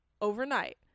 overnight